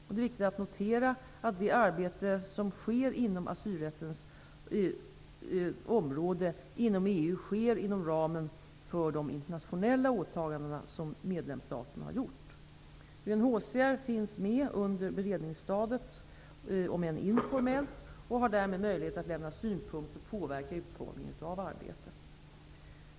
Det är viktigt att notera att det arbete som sker inom asylrättens område inom EU, sker inom ramen för de internationella åtaganden som medlemsstaterna gjort. UNHCR finns med under beredningsstadiet, om än informellt, och har därmed möjlighet att lämna synpunkter och påverka utformningen av arbetet.